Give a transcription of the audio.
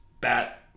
bat